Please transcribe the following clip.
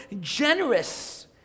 generous